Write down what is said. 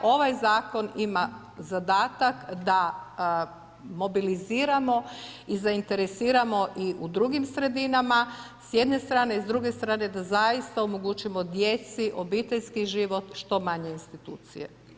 Ovaj zakon ima zadatak, da mobiliziramo i zainteresiramo i u drugim sredinama, s jedne strane i s druge strane da zaista omogućimo djeci, obiteljski život, što manje institucije.